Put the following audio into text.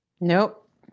Nope